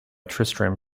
tristram